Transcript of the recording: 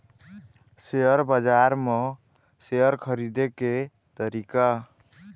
Share बजार म share खरीदे के तरीका?